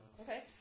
Okay